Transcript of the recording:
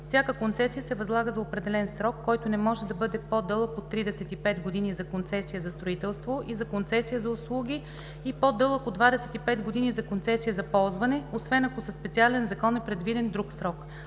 Всяка концесия се възлага за определен срок, който не може да бъде по-дълъг от 35 години за концесия за строителство и за концесия за услуги и по-дълъг от 25 години за концесия за ползване, освен ако със специален закон е предвиден друг срок.